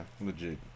Legit